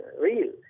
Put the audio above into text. real